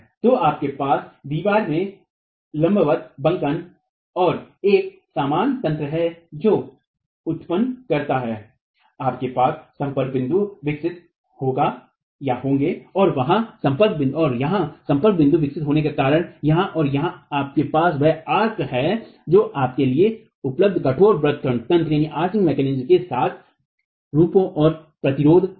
तो आपके पास दीवार में लंबवत बंकन और एक समान तंत्र है जो उत्पन्न करता है आपके पास संपर्क बिंदु विकसित होंगे और यहां संपर्क बिंदु विकसित होने के कारण यहां और यहां आपके पास वह आर्क है जो आपके लिए उपलब्ध कठोर व्रत खंड तंत्र के साथ रूपों और प्रतिरोध करता है